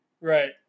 right